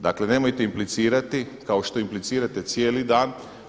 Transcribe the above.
Dakle, nemojte implicirati kao što implicirate cijeli dan.